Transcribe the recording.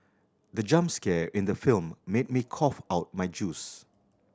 the jump scare in the film made me cough out my juice